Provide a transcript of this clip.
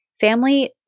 Family